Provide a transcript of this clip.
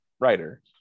writer